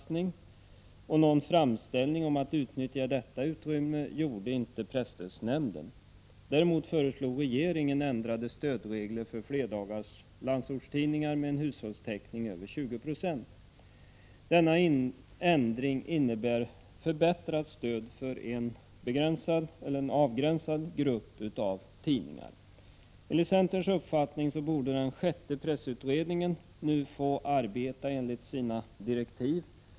1985/86:105 och någon framställning om att utnyttja detta utrymme gjordes inte av Däremot föreslog regeringen ändrade stödregler för flerdagars landsortstidningar med en hushållstäckning över 20 26. Denna ändring innebar förbättrat stöd för en avgränsad grupp tidningar. Enligt centerns uppfattning borde den sjätte pressutredningen nu få arbeta enligt sina direktiv.